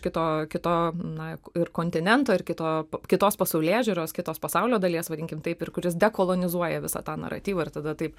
kito kito na ir kontinento ir kito kitos pasaulėžiūros kitos pasaulio dalies vadinkim taip ir kuris dekolonizuoja visą tą naratyvą ir tada taip